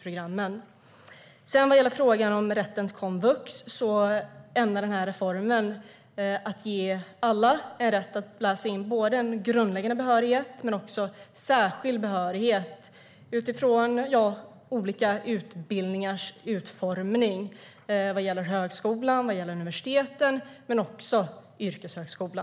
När det gäller rätten till komvux ämnar reformen ge alla rätt att läsa in både grundläggande behörighet och särskild behörighet utifrån olika utbildningars utformning på högskola, universitet och yrkeshögskola.